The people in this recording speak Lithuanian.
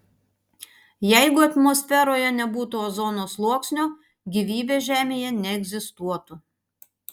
jeigu atmosferoje nebūtų ozono sluoksnio gyvybė žemėje neegzistuotų